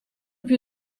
più